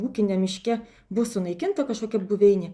ūkiniam miške bus sunaikinta kažkokia buveinė